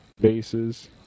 bases